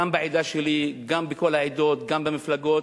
גם בעדה שלי, גם בכל העדות, גם במפלגות.